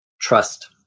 Trust